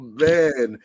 man